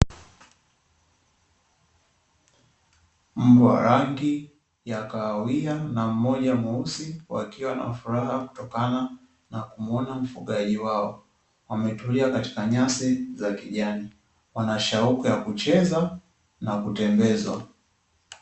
Mbwa wa rangi ya kahawia na mmoja mweusi wakiwa na furaha kutokana na kumuona mfugaji wao, wametulia katika nyasi za kijani wana Shauku ya kucheza na kutembezwa.